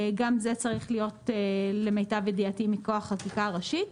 גם זה צריך להיות למיטב ידיעתי מכוח חקיקה ראשית,